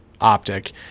optic